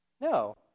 No